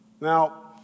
Now